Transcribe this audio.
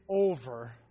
over